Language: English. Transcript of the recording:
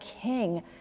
king